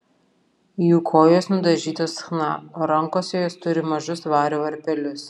jų kojos nudažytos chna o rankose jos turi mažus vario varpelius